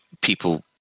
people